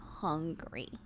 hungry